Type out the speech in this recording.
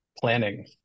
planning